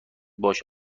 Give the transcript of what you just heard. باش